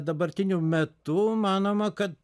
dabartiniu metu manoma kad